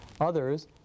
Others